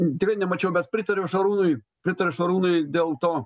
tikrai nemačiau bet pritariau šarūnui pritariu šarūnui dėl to